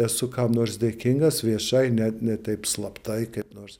esu kam nors dėkingas viešai net ne taip slaptai kaip nors